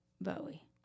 Bowie